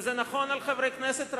וזה נכון לחברי כנסת רבים,